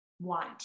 want